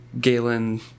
Galen